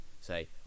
say